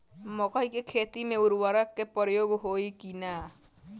मकई के खेती में उर्वरक के प्रयोग होई की ना?